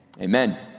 amen